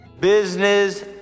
Business